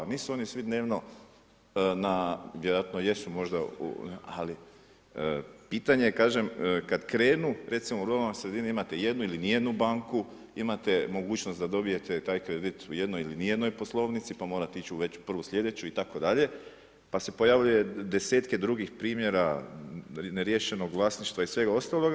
Nisu oni svi dnevno na vjerojatno jesu možda ali pitanje je kažem, kad krenu, recimo u ruralnoj sredinu imate jednu ili ni jednu banku, imate mogućnost da dobijete taj kredit u jednoj ili ni jednoj poslovnici pa morate ići već u prvu sljedeću itd. pa se pojavljuje 10-tke drugih primjera neriješenog vlasništva i svega ostaloga.